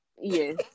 yes